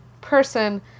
person